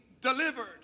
delivered